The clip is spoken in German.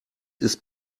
ist